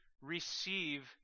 receive